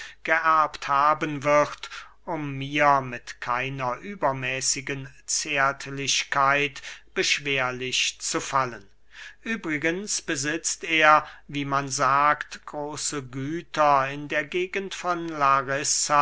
geerbt haben wird um mir mit keiner übermäßigen zärtlichkeit beschwerlich zu fallen übrigens besitzt er wie man sagt große güter in der gegend von